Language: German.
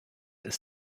ist